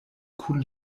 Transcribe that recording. kun